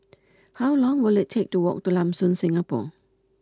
how long will it take to walk to Lam Soon Singapore